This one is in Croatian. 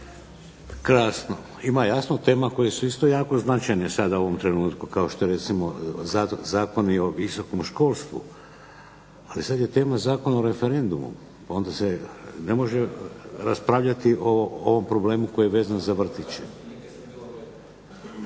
Krasno. Ima jasno tema koje su isto jako značajne sada u ovom trenutku kao što su recimo Zakon o visokom školstvu, ali sada je tema Zakon o referendumu pa se onda ne može raspravljati o ovom problemu koji je vezan za vrtiće.